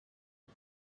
for